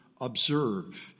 observe